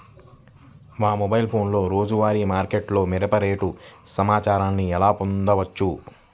మా మొబైల్ ఫోన్లలో రోజువారీ మార్కెట్లో మిరప రేటు సమాచారాన్ని ఎలా పొందవచ్చు?